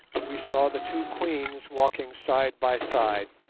we saw the two queens walking side by side.